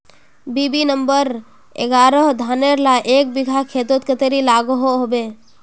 BB number एगारोह धानेर ला एक बिगहा खेतोत कतेरी लागोहो होबे?